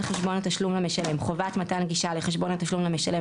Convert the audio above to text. חשבון תשלום למשלם חובת מתן גישה לחשבון התשלום למשלם